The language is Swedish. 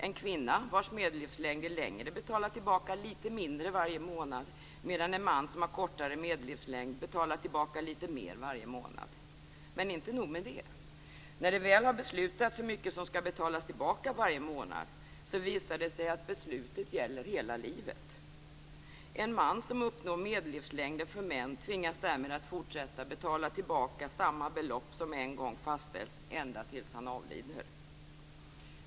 En kvinna vars medellivslängd är längre betalar tillbaka lite mindre varje månad, medan en man som har kortare medellivslängd betalar tillbaka lite mer varje månad. Men inte nog med det. När det väl har beslutats hur mycket som skall betalas tillbaka varje månad, visar det sig att beslutet gäller hela livet. En man som uppnår medellivslängden för män tvingas därmed att fortsätta att betala tillbaka samma belopp som en gång fastställts ända tills han avlider.